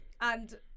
And-